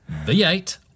V8